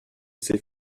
ces